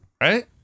right